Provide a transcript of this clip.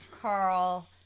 carl